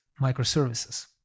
microservices